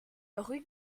rue